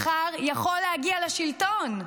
מחר יכול להגיע לשלטון,